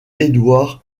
edward